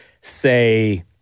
say